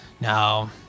No